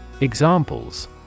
Examples